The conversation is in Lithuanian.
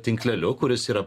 tinkleliu kuris yra